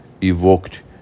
evoked